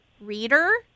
reader